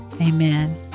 amen